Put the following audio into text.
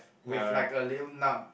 with like a little nub